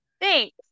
Thanks